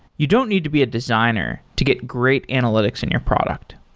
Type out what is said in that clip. you don't need to be a designer to get great analytics in your product.